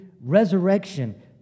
resurrection